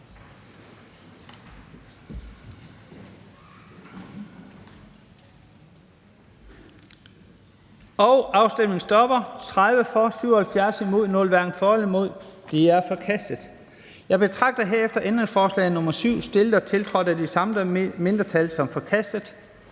hverken for eller imod stemte 0. Det er forkastet. Jeg betragter herefter ændringsforslag nr. 5 og 8, stillet og tiltrådt af de samme mindretal, som forkastet.